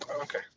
Okay